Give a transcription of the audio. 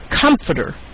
comforter